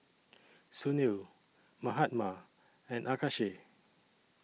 Sunil Mahatma and Akshay